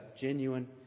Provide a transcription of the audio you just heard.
genuine